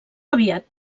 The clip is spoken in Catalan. aviat